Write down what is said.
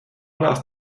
nás